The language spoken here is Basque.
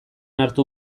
hartu